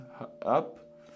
up